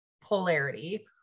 polarity